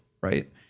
Right